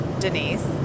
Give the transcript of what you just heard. Denise